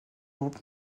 groupe